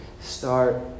start